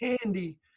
handy